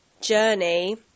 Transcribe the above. journey